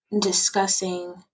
discussing